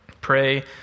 pray